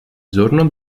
giorno